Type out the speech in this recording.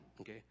okay